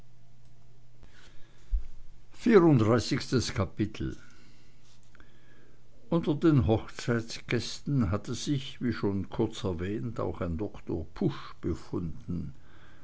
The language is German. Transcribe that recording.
vierunddreißigstes kapitel unter den hochzeitsgästen hatte sich wie schon kurz erwähnt auch ein doktor pusch befunden